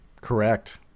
Correct